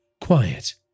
Quiet